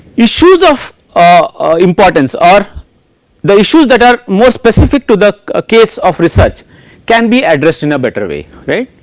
issues of ah importance or the issues that are more specific to the ah case of research can be addressed in a better way right,